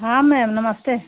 हाँ मैम नमस्ते